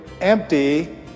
empty